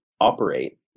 operate